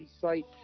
site